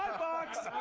fox.